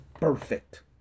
Perfect